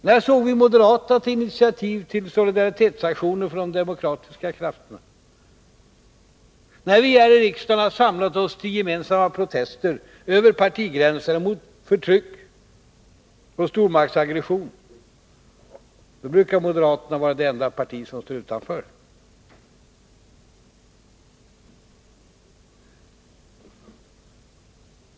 När såg vi moderaterna ta initiativ till solidaritetsaktioner för de demokratiska krafterna? När vi här i riksdagen har samlat oss till gemensamma protester över partigränserna mot förtryck och stormaktsaggression, brukar moderaterna vara det enda parti som står utanför.